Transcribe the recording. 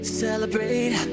celebrate